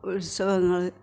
ഉത്സവങ്ങൾ